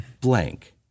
blank